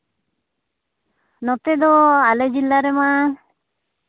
ᱱᱚᱛᱮ ᱫᱚ ᱟᱞᱮ ᱡᱮᱞᱟ ᱨᱮᱢᱟ